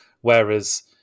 Whereas